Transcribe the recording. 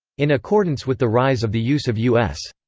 in accordance with the rise of the use of u s.